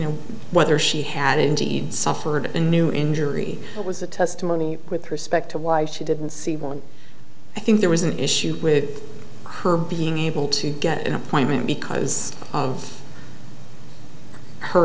know whether she had indeed suffered a new injury was a testimony with respect to why she didn't see one i think there was an issue with her being able to get an appointment because of her